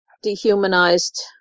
dehumanized